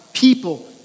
People